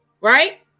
right